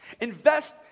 Invest